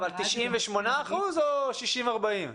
98% או 60%/40%?